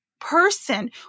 person